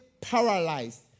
paralyzed